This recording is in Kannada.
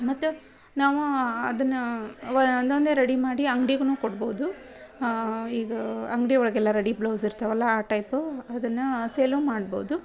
ಮತ್ತು ನಾವೇ ಅದನ್ನು ಒಂದೊಂದೆ ರೆಡಿ ಮಾಡಿ ಅಂಗ್ಡಿಗು ಕೊಡ್ಬೋದು ಈಗ ಅಂಗಡಿ ಒಳಗೆಲ್ಲ ರಡಿ ಬ್ಲೌಸ್ ಇರ್ತಾವಲ್ವ ಆ ಟೈಪು ಅದನ್ನು ಸೇಲೂ ಮಾಡ್ಬೋದು